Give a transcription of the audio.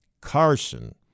Carson